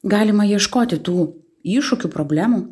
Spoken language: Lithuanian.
galima ieškoti tų iššūkių problemų